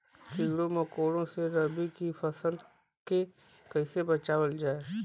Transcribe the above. कीड़ों मकोड़ों से रबी की फसल के कइसे बचावल जा?